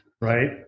right